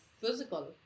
physical